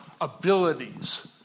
abilities